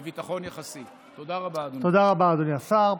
תודה, אדוני השר.